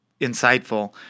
insightful